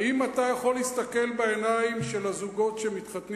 האם אתה יכול להסתכל בעיניים של הזוגות שמתחתנים